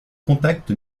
contacts